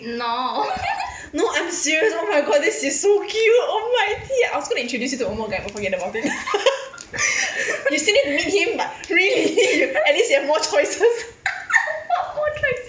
no I'm serious oh my god this is so cute oh my 天 I was going to introduce you to one more guy but forget about it you still need to meet him but at least you have more choices